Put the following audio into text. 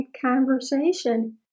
conversation